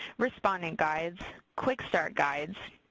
respondent guides, quick start guides,